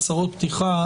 הצהרות פתיחה,